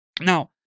Now